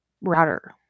router